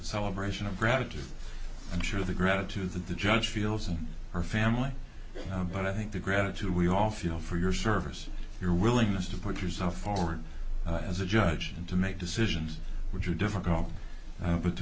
celebration of gratitude i'm sure the gratitude that the judge feels in her family but i think the gratitude we all feel for your service your willingness to put yourself forward as a judge and to make decisions which are difficult